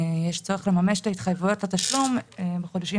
יש צורך לממש את ההתחייבויות לתשלום בחודשים